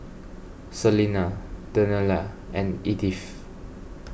Selena Daniela and Edyth